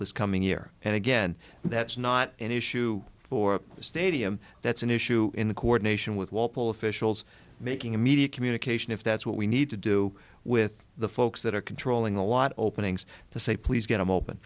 this coming year and again that's not an issue for a stadium that's an issue in the coordination with walpole officials making immediate communication if that's what we need to do with the folks that are controlling a lot of openings to say please get them open